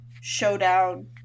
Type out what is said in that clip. showdown